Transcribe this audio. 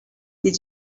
did